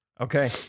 Okay